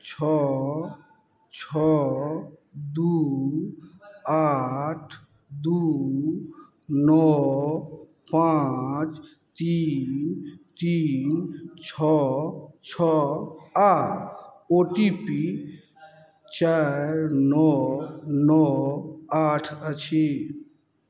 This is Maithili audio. छओ छओ दुइ आठ दुइ नओ पाँच तीन तीन छओ छओ आओर ओ टी पी चारि नओ नओ आठ अछि